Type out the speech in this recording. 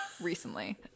recently